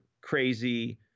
crazy